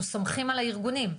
אנחנו סומכים על הארגונים,